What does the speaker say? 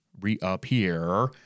reappear